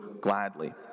gladly